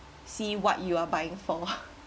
see what you are buying for